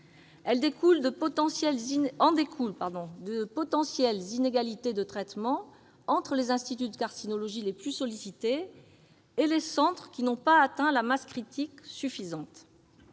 En découlent de potentielles inégalités de traitement entre les instituts de carcinologie les plus sollicités et les centres qui n'ont pas atteint la masse critique suffisante.